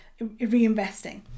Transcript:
reinvesting